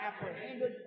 apprehended